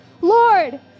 Lord